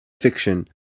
fiction